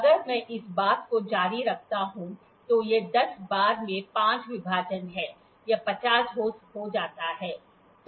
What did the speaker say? अगर मैं इस बात को जारी रखता हूं तो यह १० बार में ५ विभाजन है यह 50 हो जाता है